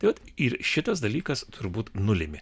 tai vat ir šitas dalykas turbūt nulėmė